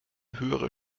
höhere